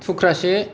थुक्रासे